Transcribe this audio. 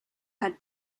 had